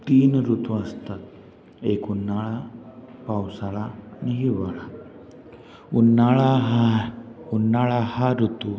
तीन ऋतू असतात एक उन्हाळा पावसाळा आणि हिवाळा उन्हाळा हा उन्हाळा हा ऋतू